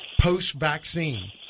post-vaccine